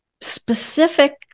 specific